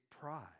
pride